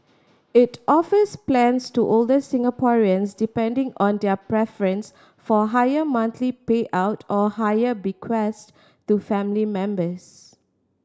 it offers plans to older Singaporeans depending on their preference for higher monthly payout or higher bequest to family members